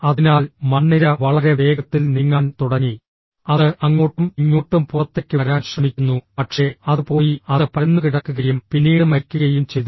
അതിനാൽ മണ്ണിര വളരെ വേഗത്തിൽ നീങ്ങാൻ തുടങ്ങി അത് അങ്ങോട്ടും ഇങ്ങോട്ടും പുറത്തേക്ക് വരാൻ ശ്രമിക്കുന്നു പക്ഷേ അത് പോയി അത് പരന്നുകിടക്കുകയും പിന്നീട് മരിക്കുകയും ചെയ്തു